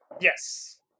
Yes